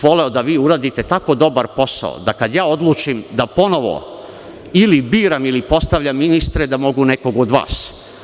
Voleo bih da vi uradite tako dobar posao da kada ja odlučim da ponovo ili biram ili postavljam ministre da mogu nekog od vas.